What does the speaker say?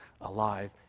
alive